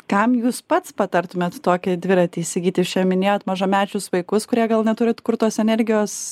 kam jūs pats patartumėt tokį dviratį įsigyti jūs čia minėjot mažamečius vaikus kurie gal neturit kur tos energijos